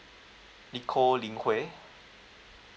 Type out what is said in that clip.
nicole lin huey